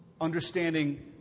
Understanding